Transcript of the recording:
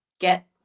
get